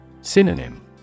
Synonym